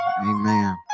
Amen